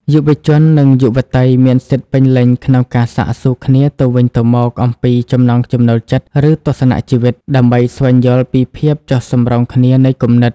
យុវជន និងយុវតីមានសិទ្ធិពេញលេញក្នុងការសាកសួរគ្នាទៅវិញទៅមកអំពីចំណង់ចំណូលចិត្ត ឬទស្សនជីវិត ដើម្បីស្វែងយល់ពីភាពចុះសម្រុងគ្នានៃគំនិត។